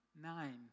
Nine